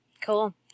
Cool